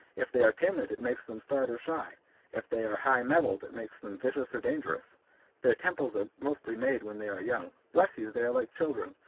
if they are timid it makes them start or shy if they are high-mettled it makes them vicious or dangerous their tempers are mostly made when they are young. bless you! they are like children,